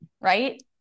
Right